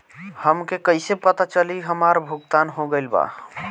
हमके कईसे पता चली हमार भुगतान हो गईल बा?